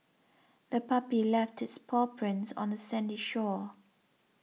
the puppy left its paw prints on the sandy shore